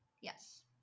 Yes